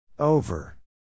Over